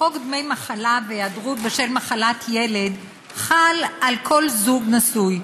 חוק דמי מחלה והיעדרות בשל מחלת ילד חל על כל זוג נשוי.